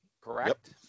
correct